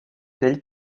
del